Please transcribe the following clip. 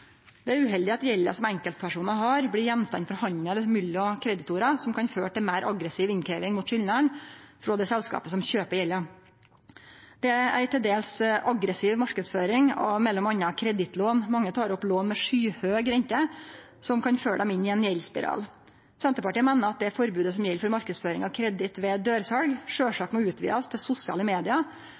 er uheldig at gjelda som enkeltpersonar har, blir gjenstand for handel mellom kreditorar, noko som kan føre til meir aggressiv innkrevjing hos kundane, frå det selskapet som kjøper gjelda. Det er ei til dels aggressiv marknadsføring av mellom anna kredittlån. Mange tek opp lån med skyhøg rente, noko som kan føre dei inn i ein gjeldsspiral. Senterpartiet meiner at det forbodet som gjeld for marknadsføring av kreditt ved dørsal, sjølvsagt må utvidast til sosiale